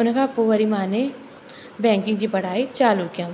उन खां पोइ वरी मां बैंकिंग जी पढ़ाई चालू कयूं